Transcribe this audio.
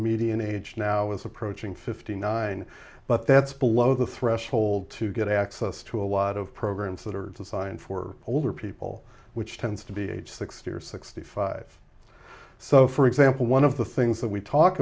median age now is approaching fifty nine but that's below the threshold to get access to a lot of programs that are designed for older people which tends to be age sixty or sixty five so for example one of the things that we talk